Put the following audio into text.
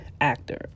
actor